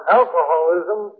alcoholism